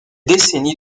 décennies